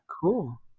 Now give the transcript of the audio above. Cool